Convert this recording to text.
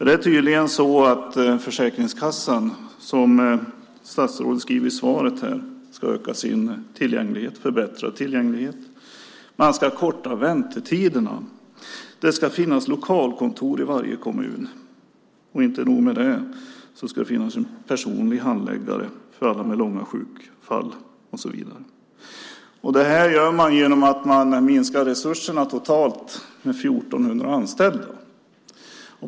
Det är tydligen så att Försäkringskassan, som statsrådet skriver i svaret, ska förbättra tillgängligheten och korta väntetiderna. Det ska finnas lokalkontor i varje kommun. Och inte nog med det, utan det ska finnas en personlig handläggare för alla med långa sjukskrivningstider. Det här gör man genom att minska resurserna med totalt 1 400 anställda.